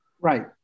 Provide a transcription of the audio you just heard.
Right